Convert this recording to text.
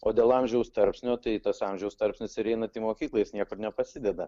o dėl amžiaus tarpsnio tai tas amžiaus tarpsnis ir einant į mokyklą jis niekur nepasideda